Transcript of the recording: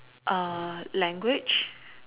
err language